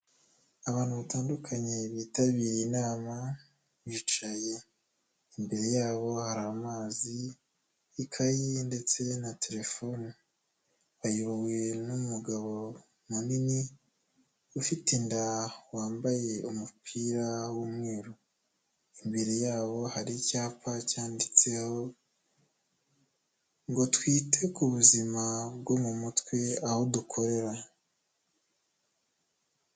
Abantu batandukanye bitabiriye inama, bicaye imbere yabo hari amazi ikaye ndetse na telefone, bayobowe n'umugabo munini, ufite inda wambaye umupira w'umweru, imbere yabo hari icyapa cyanditseho ngo twite ku buzima bwo mu mutwe aho dukorera.